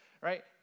right